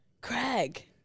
Craig